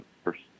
First